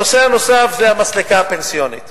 הנושא הנוסף הוא המסלקה הפנסיונית.